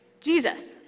Jesus